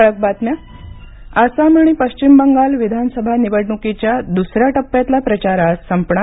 ठळक बातम्या आसाम आणि पश्चिमबंगाल विधानसभा निवडणुकीच्या द्सऱ्या टप्प्यातला प्रचार आज संपणार